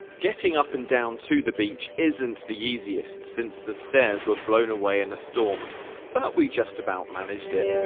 getting up and down to the beach isn't the easiest since the stairs were blown away in a storm but we just about managed it.